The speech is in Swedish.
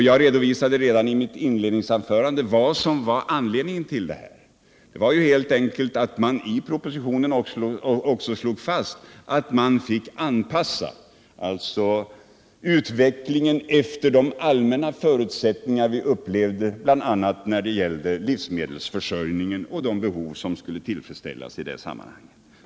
Jag redovisade redan i mitt inledningsanförande vad som var anledningen till det: det var helt enkelt beroende på att det i propositionen också slogs fast att man fick anpassa utvecklingen till de allmänna förutsättningar vi upplevde, bl.a. när det gällde livsmedelsförsörjningen och de behov som skulle tillfredsställas i det sammanhanget.